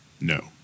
No